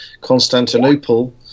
Constantinople